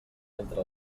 entre